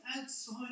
outside